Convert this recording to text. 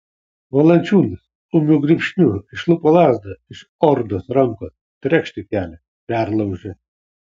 valančiūnas ūmiu grybšniu išlupo lazdą iš ordos rankos trekšt į kelį perlaužė